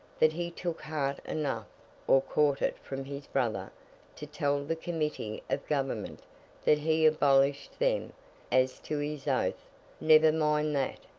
that he took heart enough or caught it from his brother to tell the committee of government that he abolished them as to his oath, never mind that,